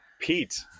Pete